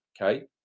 okay